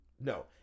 no